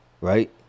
right